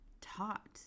taught